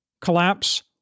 Collapse